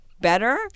better